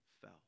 fell